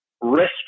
risk